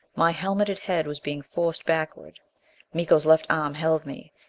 my helmeted head was being forced backward miko's left arm held me.